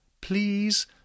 Please